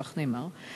כך נאמר,